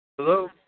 Hello